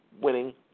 winning